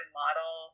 model